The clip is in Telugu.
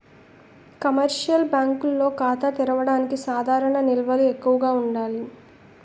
కమర్షియల్ బ్యాంకుల్లో ఖాతా తెరవడానికి సాధారణ నిల్వలు ఎక్కువగా ఉండాలి